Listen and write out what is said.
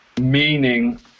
meaning